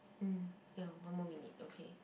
mm ya one more minute okay